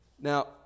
Now